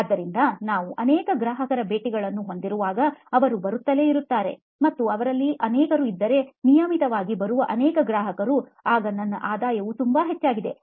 ಆದ್ದರಿಂದ ನಾವು ಅನೇಕ ಗ್ರಾಹಕರ ಭೇಟಿಗಳನ್ನು ಹೊಂದಿರುವಾಗ ಅವರು ಬರುತ್ತಲೇ ಇದ್ದರೆ ಮತ್ತು ಅವರಲ್ಲಿ ಅನೇಕರು ಇದ್ದರೆ ನಿಯಮಿತವಾಗಿ ಬರುವ ಅನೇಕ ಗ್ರಾಹಕರು ಆಗ ನನ್ನ ಆದಾಯವು ತುಂಬಾ ಹೆಚ್ಚಾಗಿದೆ